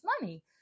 money